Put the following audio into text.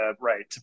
right